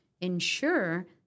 ensure